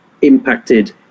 impacted